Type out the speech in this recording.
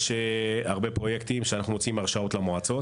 יש הרבה פרויקטים שאנחנו מוציאים הרשאות למועצות.